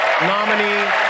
nominee